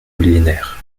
millénaire